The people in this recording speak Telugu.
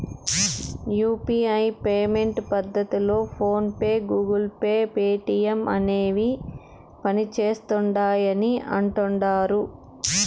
యూ.పీ.ఐ పేమెంట్ పద్దతిలో PhonePe, Google Pay, Paytm అనేవి పనిసేస్తిండాయని అంటుడారు